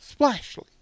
splashly